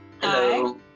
Hello